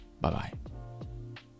Bye-bye